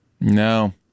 no